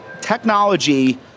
technology